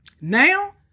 Now